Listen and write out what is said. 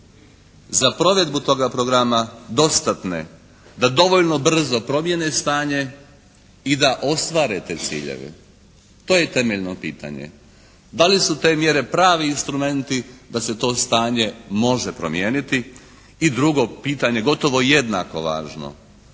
za provedbu toga programa dostatne da dovoljno brzo promijene stanje i da ostvare te ciljeve. To je temeljno pitanje. Da li su te mjere pravi instrumenti da se to stanje može promijeniti? I drugo pitanje je gotovo jednako važno.